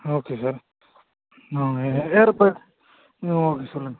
okay sir hmm airbag hmm சொல்லுங்கள்